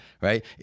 right